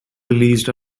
released